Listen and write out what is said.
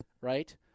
right